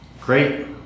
Great